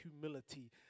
humility